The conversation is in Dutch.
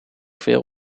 veel